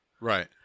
Right